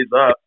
up